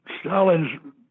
Stalin's